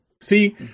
See